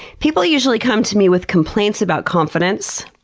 people usually come to me with complaints about confidence,